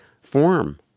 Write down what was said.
form